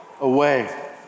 away